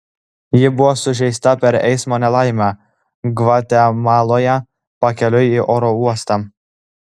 ji buvo sužeista per eismo nelaimę gvatemaloje pakeliui į oro uostą